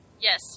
Yes